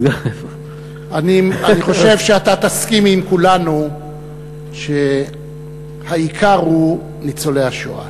אני חושב שתסכים עם כולנו שהעיקר הוא ניצולי השואה,